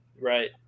right